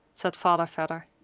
said father vedder.